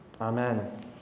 amen